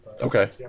Okay